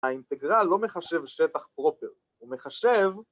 ‫האינטגרל לא מחשב שטח פרופר, ‫הוא מחשב...